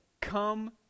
come